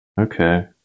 okay